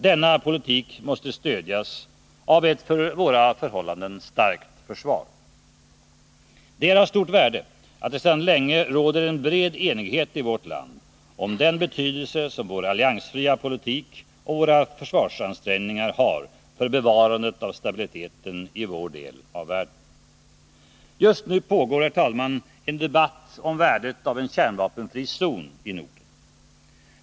Denna politik måste stödjas av ett för våra förhållanden starkt försvar. Det är av stort värde att det sedan länge råder en bred enighet i vårt land om den betydelse som vår alliansfria politik och våra försvarsansträngningar har för bevarandet av stabiliteten i vår del av världen. Just nu pågår, herr talman, en debatt om värdet av en kärnvapenfri zon i Norden.